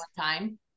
time